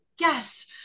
Yes